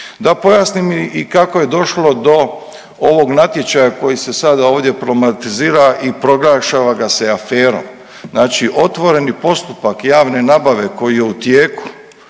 Da pojasnim i kako je došlo do ovog natječaja koji se ovdje sada problematizira i proglašava ga se aferom. Znači otvoreni postupak javne nabave koji je u tijeku